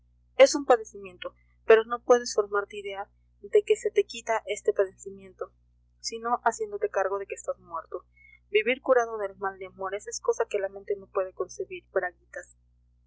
es un padecimiento pero no puedes formarte idea de que se te quita este padecimiento sino haciéndote cargo de que estás muerto vivir curado del mal de amores es cosa que la mente no puede concebir